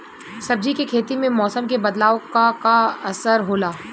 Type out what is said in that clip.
सब्जी के खेती में मौसम के बदलाव क का असर होला?